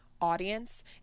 audience